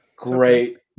Great